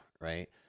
right